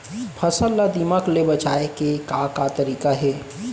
फसल ला दीमक ले बचाये के का का तरीका हे?